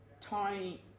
tiny